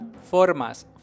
Formas